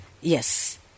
yes